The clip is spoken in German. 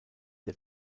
der